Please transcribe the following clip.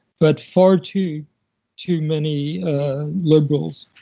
but far too too many liberals.